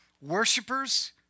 Worshippers